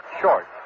short